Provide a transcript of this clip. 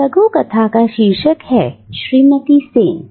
उस लघुकथा का शीर्षक है श्रीमती सेन